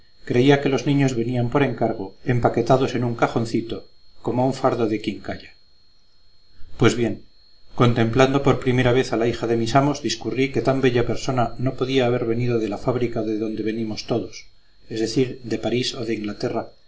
creía que los niños venían por encargo empaquetados en un cajoncito como un fardo de quincalla pues bien contemplando por primera vez a la hija de mis amos discurrí que tan bella persona no podía haber venido de la fábrica de donde venimos todos es decir de parís o de inglaterra